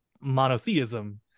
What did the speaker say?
monotheism